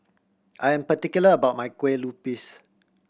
I am particular about my Kueh Lupis